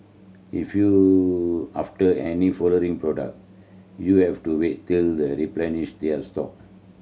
if you after any following product you'll have to wait till they replenish their stock